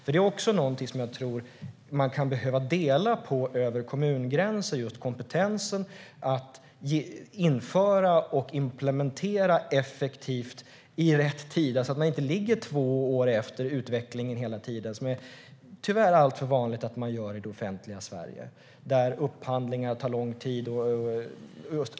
Kompetensen att införa och implementera effektivt och i rätt tid är också något som jag tror att man kan behöva dela på över kommungränser, så att man inte ligger två år efter i utvecklingen hela tiden. Det är tyvärr alltför vanligt i det offentliga Sverige, där upphandlingar tar lång tid.